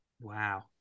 Wow